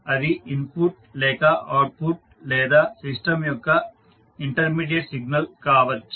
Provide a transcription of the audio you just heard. అది ఇన్పుట్ లేక అవుట్పుట్ లేదా సిస్టం యొక్క ఇంటర్మీడియట్ సిగ్నల్ కావచ్చు